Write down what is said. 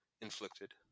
inflicted